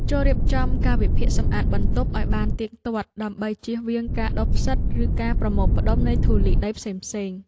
ចូររៀបចំកាលវិភាគសម្អាតបន្ទប់ឱ្យបានទៀងទាត់ដើម្បីជៀសវាងការដុះផ្សិតឬការប្រមូលផ្ដុំនៃធូលីដីផ្សេងៗ។